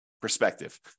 Perspective